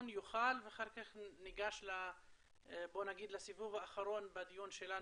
יוכל ואחר כך ניגש לסיבוב האחרון בדיון שלנו,